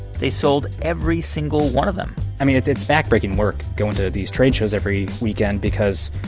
they sold every single one of them i mean, it's it's backbreaking work going to these trade shows every weekend because,